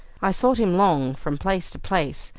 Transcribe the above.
i sought him long from place to place,